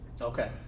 Okay